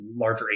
larger